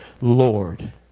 Lord